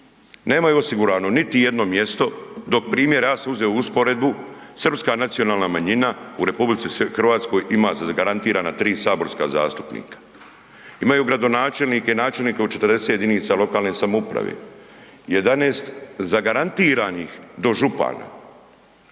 nemaju osigurano niti jedno mjesto dok primjera, ja sam uzeo usporedbu, srpska nacionalna manjina u RH ima zagarantirana tri saborska zastupnika. Imaju gradonačelnike i načelnike u 40 jedinica lokalne samouprave, 11 zagarantiranih dožupana,